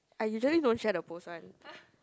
I usually don't share the post one